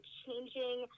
changing